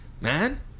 man